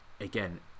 again